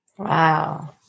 Wow